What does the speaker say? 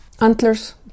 antlers